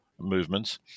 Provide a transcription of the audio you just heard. movements